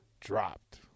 dropped